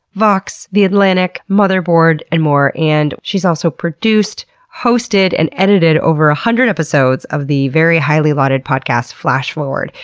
vox, the atlantic, motherboard, and more. and she's also produced, hosted, and edited over one ah hundred episodes of the very highly lauded podcast flash forward,